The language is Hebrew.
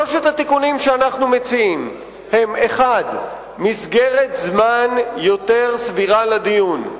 שלושת התיקונים שאנחנו מציעים הם: 1. מסגרת זמן יותר סבירה לדיון,